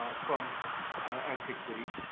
ah from antiquity.